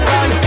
Run